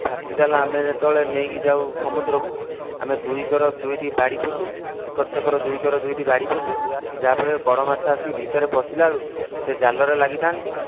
ଫାଶୀ ଜାଲ ଆମେ ଯେତେବେଳେ ନେଇକି ଯାଉ ସମୁଦ୍ରକୁ ଆମେ ଦୁଇ କର ଦୁଇଟି ବାଡ଼ି ପୋତୁ ଏକର ସେକର ଦୁଇକର ଦୁଇଟି ବାଡ଼ି ପୋତୁ ଯାହାଫଳରେ ବଡ଼ ମାଛ ଆସି ଭିତରେ ପଶିଲା ବେଳୁ ସେ ଜାଲରେ ଲାଗିଥାନ୍ତି